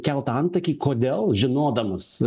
kelt antakį kodėl žinodamas